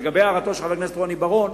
לגבי הערתו של חבר הכנסת רוני בר-און,